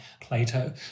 Plato